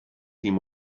him